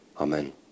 Amen